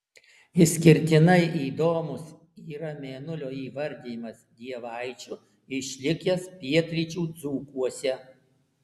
išskirtinai įdomus yra mėnulio įvardijimas dievaičiu išlikęs pietryčių dzūkuose